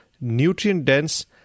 nutrient-dense